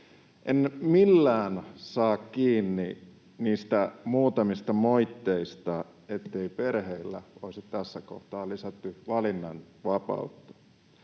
En millään saa kiinni niistä muutamista moitteista, ettei perheille olisi tässä kohtaa lisätty valinnanvapautta.